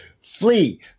Flee